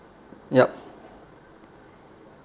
yup